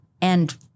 And-